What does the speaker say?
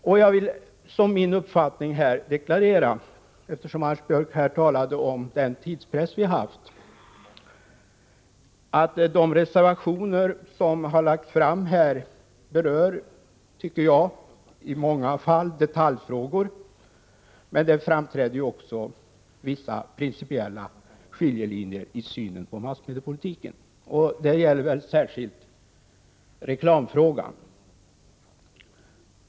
Jag vill deklarera att det är min uppfattning — Anders Björck talade ju här om den tidspress som varit — att de reservationer som har framförts i många fall berör detaljfrågor. Men också vissa principiella skiljelinjer framträder i synen på massmediepolitiken. Det gäller särskilt reklamfrågan.